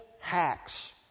hacks